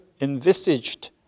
envisaged